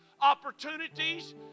opportunities